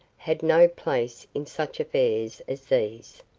had no place in such affairs as these.